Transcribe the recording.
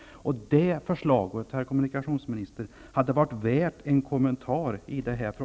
Det förslaget, herr kommunikationsminister, hade varit värt en kommentar.